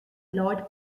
lord